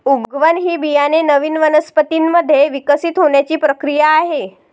उगवण ही बियाणे नवीन वनस्पतीं मध्ये विकसित होण्याची प्रक्रिया आहे